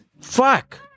Fuck